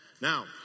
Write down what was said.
Now